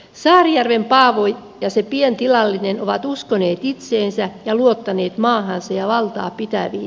saarijärven paavo ja se pientilallinen ovat uskoneet itseensä ja luottaneet maahansa ja valtaapitäviin